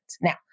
Now